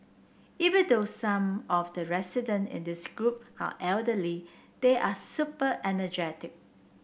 even though some of the resident in this group are elderly they are super energetic